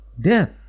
death